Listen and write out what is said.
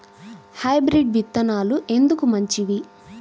Hybrid విత్తనాలు ఎందుకు మంచివి?